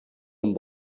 and